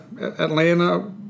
Atlanta